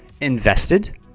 invested